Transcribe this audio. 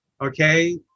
okay